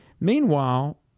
Meanwhile